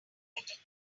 text